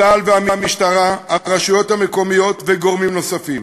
צה"ל והמשטרה, הרשויות המקומיות וגורמים נוספים.